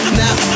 now